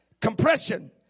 compression